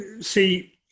see